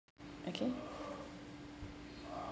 okay